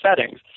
settings